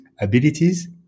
abilities